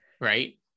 right